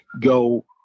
go